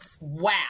Wow